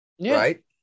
Right